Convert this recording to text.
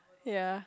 yea